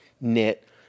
knit